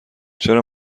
چرا